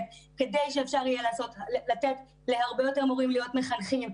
כדי שאפשר יהיה לתת להרבה יותר מורים להיות מחנכים,